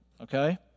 okay